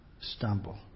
stumble